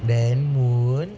then moon